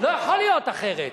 לא יכול להיות אחרת.